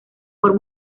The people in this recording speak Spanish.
por